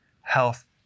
health